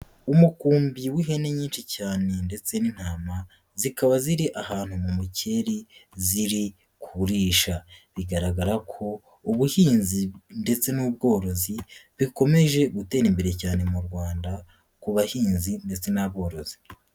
Umukumbi w'ihene nyinshi cyane ndetse n'intama zikaba ziri ahantu mu mukeri ziri kurisha, bigaragara ko ubuhinzi ndetse n'ubworozi bikomeje gutera imbere cyane mu Rwanda ku bahinzi ndetse n'aborozi.